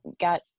got